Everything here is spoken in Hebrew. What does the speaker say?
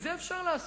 את זה אפשר לעשות.